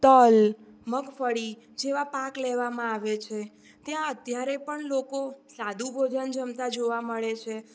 તલ મગફળી જેવા પાક લેવામાં આવે છે ત્યાં અત્યારે પણ લોકો સાદું ભોજન જમતા જોવા મળે છે